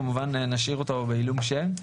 כמובן שנשאיר אותו בעילום שם,